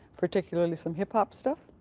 particularly some hip-hop stuff?